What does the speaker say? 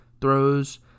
throws